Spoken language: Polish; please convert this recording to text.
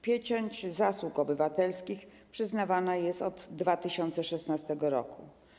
Pieczęć Zasług Obywatelskich przyznawana jest od 2016 r.